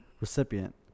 recipient